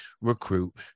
recruit